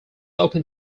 open